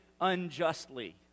unjustly